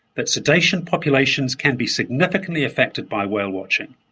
that cetacean populations can be significantly affected by whale watching,